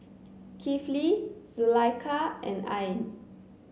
Kifli Zulaikha and Ain